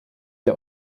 der